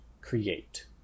create